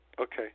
okay